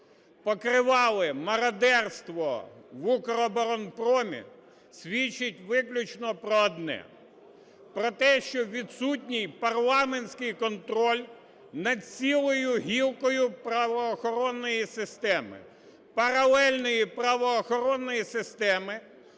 покривали мародерство в "Укроборонпромі", свідчить виключно про одне: про те, що відсутній парламентський контроль над цілою гілкою правоохоронної системи. Паралельної правоохоронної системи,